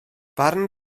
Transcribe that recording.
barn